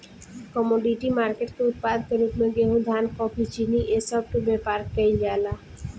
commodity market के उत्पाद के रूप में गेहूं धान कॉफी चीनी ए सब के व्यापार केइल जाला